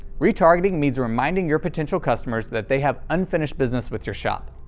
retargeting means reminding your potential customers that they have unfinished business with your shop.